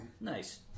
Nice